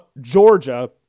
Georgia